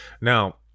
Now